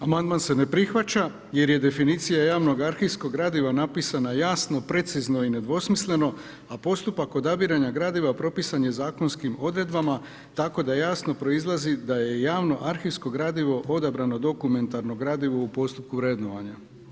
Amandman se ne prihvaća jer je definicija javnog arhivskog gradiva napisana jasno, precizno i nedvosmisleno, a postupak odabiranja gradiva propisan je Zakonskim odredbama tako da jasno proizlazi da je javno arhivsko gradivo odabrano dokumentarno gradivo u postupku vrednovanja.